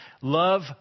love